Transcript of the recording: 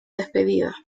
despedida